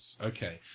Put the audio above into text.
Okay